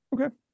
Okay